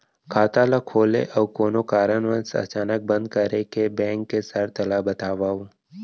खाता ला खोले अऊ कोनो कारनवश अचानक बंद करे के, बैंक के शर्त मन ला बतावव